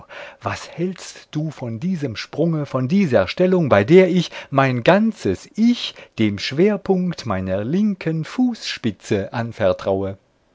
was hältst du von diesem sprunge von dieser stellung bei der ich mein ganzes ich dem schwerpunkt meiner linken fufspitze anvertraue